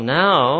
now